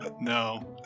no